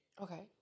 Okay